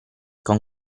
con